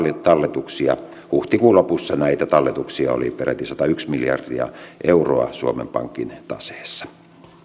talletuksia huhtikuun lopussa näitä talletuksia oli peräti satayksi miljardia euroa suomen pankin taseessa